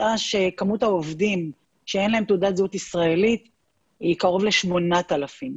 מצאה שכמות העובדים שאין להם תעודת זהות ישראלית קרוב ל-8,000,